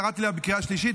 קראתי לה בקריאה שלישית,